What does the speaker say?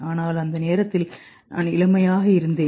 ஆனால் அந்த நேரத்தில் நான் இளமையாக இருந்தேன்